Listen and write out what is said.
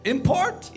Import